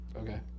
okay